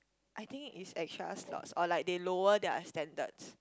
I think it's extra slots or like they lower their standards